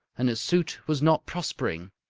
and his suit was not prospering.